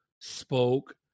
spoke